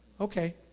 Okay